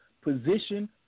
position